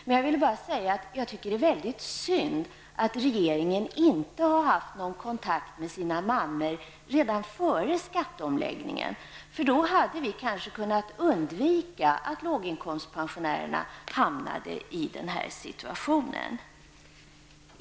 Men det är synd att regeringen inte har haft någon kontakt med sina mammor redan före skatteomläggningen. Då hade det kanske gått att undvika att låginkomstpensionärerna hamnade i den här situationen.